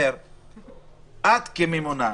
כממונה,